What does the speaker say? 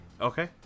okay